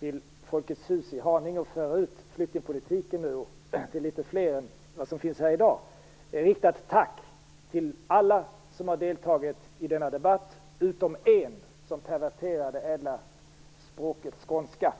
till Folkets Hus i Haninge för att där föra ut flyktingpolitiken till litet fler än som finns här i kammaren i dag. Innan jag åker i väg vill jag rikta ett tack till alla som har deltagit i denna debatt, utom en som perverterar det ädla språket skånska.